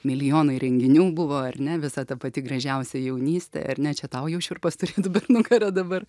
milijonai renginių buvo ar ne visa ta pati gražiausia jaunystė ar ne čia tau jau šiurpas turėtų per nugarą dabar